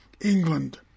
England